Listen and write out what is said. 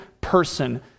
person